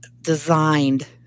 designed